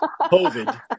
COVID